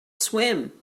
swim